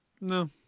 No